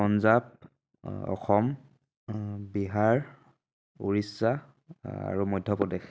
পঞ্জাৱ অসম বিহাৰ উৰিষ্যা আৰু মধ্যপ্ৰদেশ